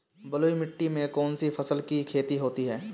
बलुई मिट्टी में कौनसी फसल की खेती होती है?